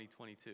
2022